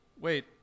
Wait